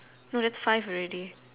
no that's five already